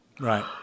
right